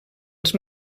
els